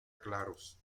claros